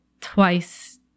twice